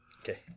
Okay